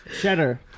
Cheddar